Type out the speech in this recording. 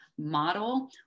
model